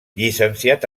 llicenciat